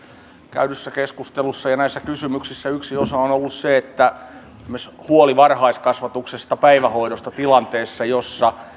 käydyssä keskustelussa ja näissä kysymyksissä yksi osa on ollut esimerkiksi huoli varhaiskasvatuksesta päivähoidosta tilanteessa jossa